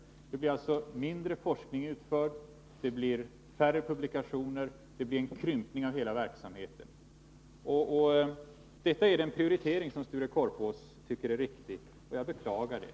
Det blir alltså mindre forskning utförd, det kommer att ges ut färre publikationer, det blir fråga om en krympning av hela verksamheten. Detta är den prioritering som Sture Korpås tycker är riktig. Jag beklagar det.